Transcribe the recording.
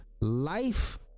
life